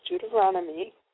Deuteronomy